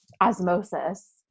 osmosis